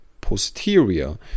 posterior